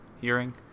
hearing